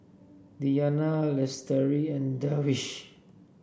Diyana Lestari and Darwish